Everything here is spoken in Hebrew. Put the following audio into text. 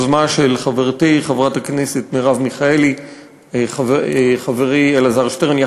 יוזמה של חברתי חברת הכנסת מרב מיכאלי וחברי אלעזר שטרן,